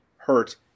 hurt